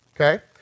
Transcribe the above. okay